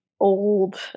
old